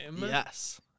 Yes